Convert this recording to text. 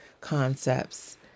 concepts